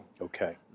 Okay